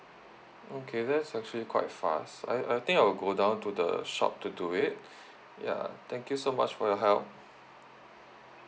okay that's actually quite fast I I think I'll go down to the shop to do it ya thank you so much for your help